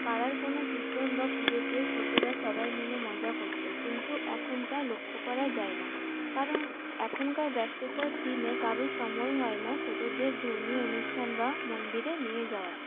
পাড়ার কোন কীর্তন বা পুজোতে ছোটরা সবাই মিলে মজা করত কিন্তু এখন তা লক্ষ্য করা যায়না কারণ এখনকার ব্যস্ততার দিনে কারুর সময় হয়না ছোটদের ধর্মীয় অনুষ্ঠান বা মন্দিরে নিয়ে যাওয়ার